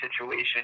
situation